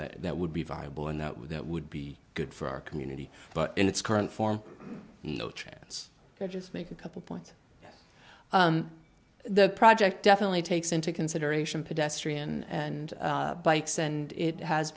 that that would be viable and that would that would be good for our community but in its current form no chance to just make a couple points the project definitely takes into consideration pedestrian and bikes and it has